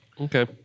Okay